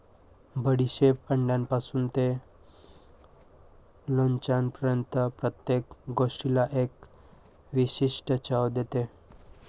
बडीशेप अंड्यापासून ते लोणच्यापर्यंत प्रत्येक गोष्टीला एक विशिष्ट चव देते